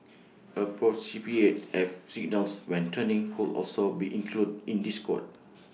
and signals when turning could also be included in this code